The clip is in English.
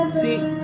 see